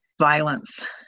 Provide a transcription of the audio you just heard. violence